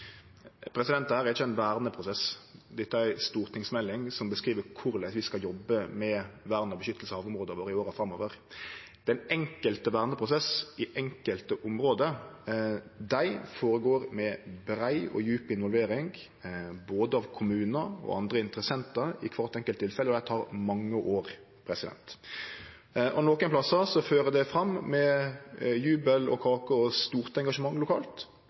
er ikkje ein verneprosess, men ei stortingsmelding som greier ut korleis vi skal jobbe med vern og beskyttelse av havområda våre i åra framover. Den einskilde verneprosessen i einskilde område går føre seg med brei og djup involvering både av kommunar og andre interessentar i kvart einskilt tilfelle, og det tek mange år. Nokre plassar fører det fram, med jubel og kake og stort engasjement lokalt,